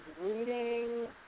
reading